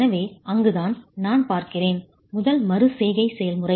எனவே அங்குதான் நான் பார்க்கிறேன் முதல் மறு செய்கை செயல்முறை